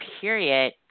period